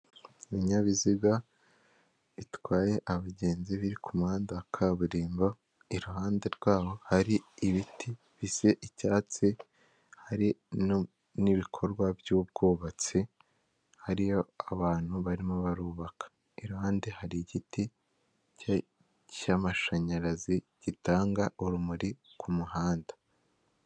Ibinyabiziga bitwaye abagenzi biri ku muhanda wa kaburimbo, iruhande rwaho hari ibiti bisa icyatsi, hari n'ibikorwa by'ubwubatsi, hariyo abantu barimo barubaka, iruhande hari igiti cy'amashanyarazi gitanga urumuri ku muhanda.